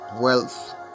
wealth